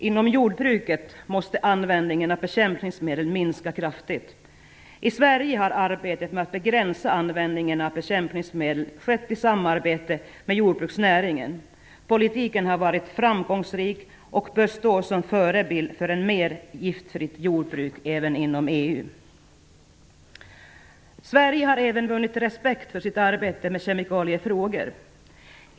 Inom jordbruket måste användningen av bekämpningsmedel minska kraftigt. I Sverige har arbetet med att begränsa användningen av bekämpningsmedel skett i samarbete med jordbruksnäringen. Politiken har varit framgångsrik och bör stå som förebild för ett mer giftfritt jordbruk, även inom EU. Sverige har även vunnit respekt för sitt arbete med kemikaliefrågor.